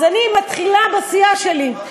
אז אני מתחילה בסיעה שלי,